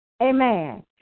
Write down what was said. Amen